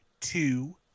two